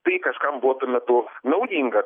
tai kažkam buvo tuo metu naudinga